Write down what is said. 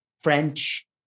French